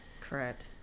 Correct